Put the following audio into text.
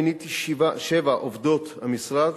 מיניתי שבע עובדות של המשרד